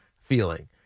feeling